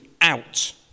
out